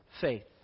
faith